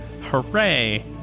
Hooray